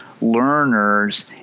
learners